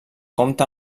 compta